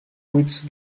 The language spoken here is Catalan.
buits